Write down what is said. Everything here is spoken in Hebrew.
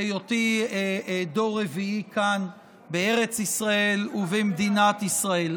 בהיותי דור רביעי כאן בארץ ישראל ובמדינת ישראל.